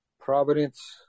Providence